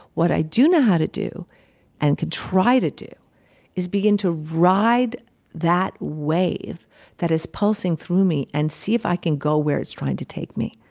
what i do know how to do and can try to do is begin to ride that wave that is pulsing through me and see if i can go where it's trying to take me.